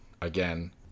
Again